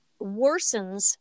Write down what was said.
worsens